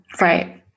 Right